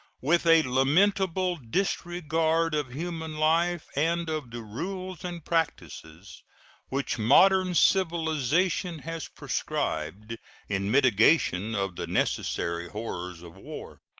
with a lamentable disregard of human life and of the rules and practices which modern civilization has prescribed in mitigation of the necessary horrors of war.